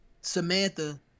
Samantha